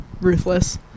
ruthless